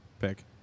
pick